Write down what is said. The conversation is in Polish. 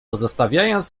pozostawiając